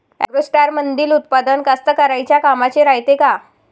ॲग्रोस्टारमंदील उत्पादन कास्तकाराइच्या कामाचे रायते का?